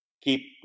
keep